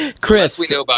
chris